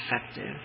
effective